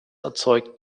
erzeugt